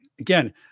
again